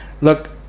look